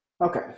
Okay